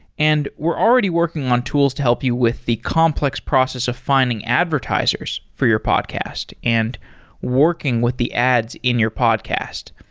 and we're already working on tools to help you with the complex process of finding advertisers for your podcast and working with the ads in your podcast.